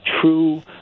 true